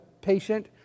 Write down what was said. patient